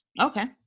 okay